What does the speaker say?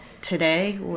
today